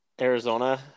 Arizona